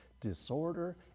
disorder